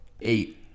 eight